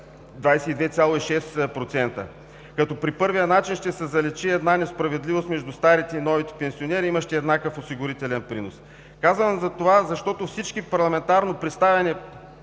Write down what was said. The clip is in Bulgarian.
22,6%. При първия начин ще се заличи една несправедливост между старите и новите пенсионери, имащи еднакъв осигурителен принос. Казвам това, защото всички парламентарно представени